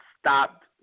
stopped –